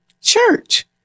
church